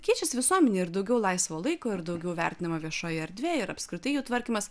keičiasi visuomenė ir daugiau laisvo laiko ir daugiau vertinama viešoji erdvė ir apskritai jų tvarkymas